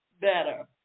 better